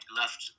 left